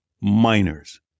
minors